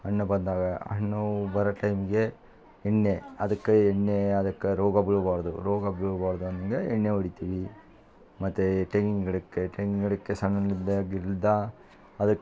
ಹಣ್ ಬಂದಾಗ ಹಣ್ಣೂ ಬರೊ ಟೈಮ್ಗೆ ಎಣ್ಣೆ ಅದಕ್ಕೆ ಎಣ್ಣೆ ಅದಕ್ಕೆ ರೋಗ ಬೀಳಬಾರ್ದು ರೋಗ ಬೀಳಬಾರ್ದು ಅಂದರೆ ಎಣ್ಣೆ ಹೊಡಿತೀವಿ ಮತ್ತು ತೆಂಗಿನ ಗಿಡಕ್ಕೆ ತೆಂಗಿನ ಗಿಡಕ್ಕೆ ಸಣ್ಣಲಿಂದಗಿಲ್ದ ಅದಕ್ಕೆ